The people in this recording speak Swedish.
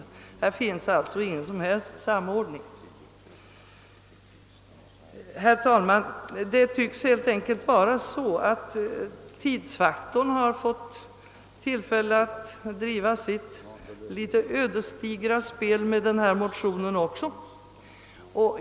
Härvidlag finns alltså ingen som helst samordning. Herr talman! Det tycks helt enkelt vara så, att tidsfaktorn har fått tillfälle att driva sitt litet ödesdigra spel också med denna motion.